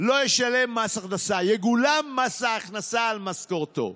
לא ישלם מס הכנסה, "יגולם מס ההכנסה על משכורתו".